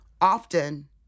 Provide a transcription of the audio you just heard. often